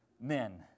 men